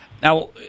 Now